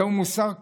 זהו מוסר כפול: